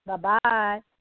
Bye-bye